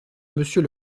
monsieur